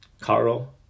Carl